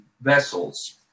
vessels